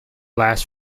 last